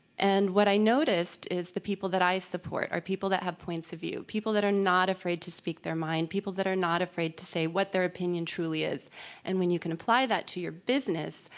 and what i noticed is the people that i support or people that have points of view, people that are not afraid to speak their mind, people that are not afraid to say what their opinion truly is and when you can apply that to your business,